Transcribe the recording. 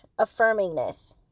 affirmingness